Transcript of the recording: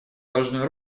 важную